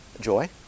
Joy